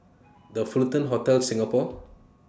The Fullerton Hotel Singapore